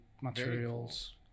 materials